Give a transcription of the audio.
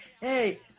hey